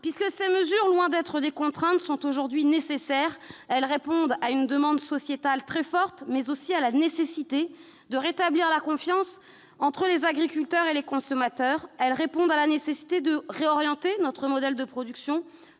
débat. Ces mesures, loin d'être des contraintes, sont aujourd'hui nécessaires, car elles répondent à une demande sociétale très forte, mais aussi à la nécessité de rétablir la confiance entre les agriculteurs et les consommateurs. Elles répondent également à la nécessité de réorienter notre modèle de production,